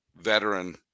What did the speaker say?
veteran